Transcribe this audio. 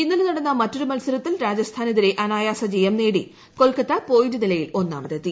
ഇന്നലെ നടന്ന മറ്റൊരു മത്സരത്തിൽ രാജസ്ഥാനെതിരെ അനായാസ ജയം നേടി കൊൽക്കത്ത പോയിന്റ് നിലയിൽ ഒന്നാമതെത്തി